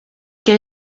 que